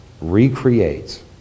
recreates